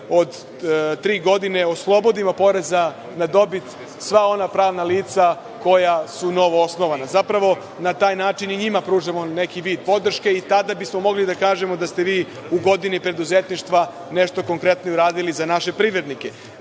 od tri godine oslobodimo poreza na dobit sva ona pravna lica koja su novoosnovana. Zapravo, na taj način i njima pružamo neki vid podrške i tada bismo mogli da kažemo da ste vi u godini preduzetništva nešto konkretno i uradili za naše privrednike. Sve